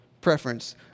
preference